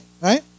right